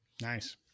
Nice